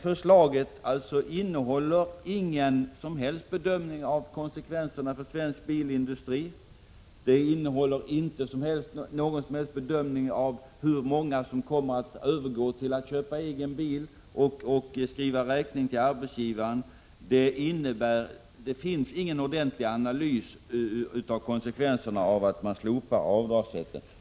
Förslaget innehåller ingen som helst bedömning av konsekvenserna för svensk bilindustri eller någon bedömning av hur många som kommer att övergå till egna bilar för att sedan skriva räkning till arbetsgivaren. Det finns ingen ordentlig analys av konsekvenserna av att man slopar avdragsrätten.